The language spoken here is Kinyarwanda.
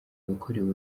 wakorewe